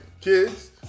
kids